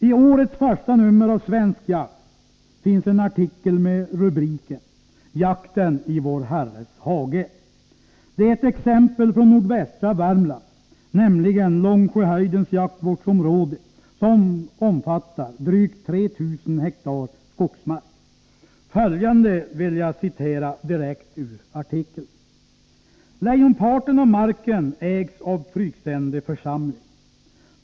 I årets första nummer av Svensk Jakt finns en artikel med rubriken Jakten i vår Herres hage. Det är ett exempel från nordvästra Värmland, nämligen Långsjöhöjdens jaktvårdsområde, som omfattar drygt 3 000 hektar skogsmark. Följande vill jag citera direkt ur artikeln: ”Lejonparten av marken ägs av Fryksände församling.